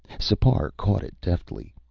sipar caught it deftly.